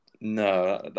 no